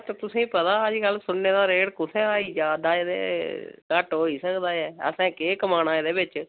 घट्ट तुसें ई पता अजकल्ल सुन्ने दा रेट कुत्थै हाई जा'रदा ते घट्ट होई निं सकदा ऐ असें केह् कमाना एह्दे बिच्च